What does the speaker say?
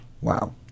Wow